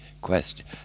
question